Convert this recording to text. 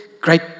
Great